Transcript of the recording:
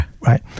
Right